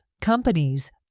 companies